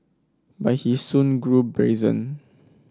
but he soon grew brazen